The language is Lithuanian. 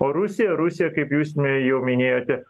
o rusija rusija kaip jūs m jau minėjote